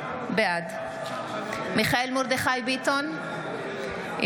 בעד מיכאל מרדכי ביטון,